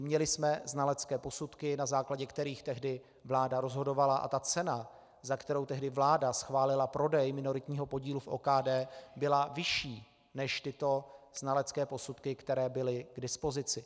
Měli jsme znalecké posudky, na základě kterých tehdy vláda rozhodovala, a cena, za kterou tehdy vláda schválila prodej minoritního podílu v OKD, byla vyšší než tyto znalecké posudky, které byly k dispozici.